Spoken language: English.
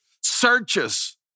searches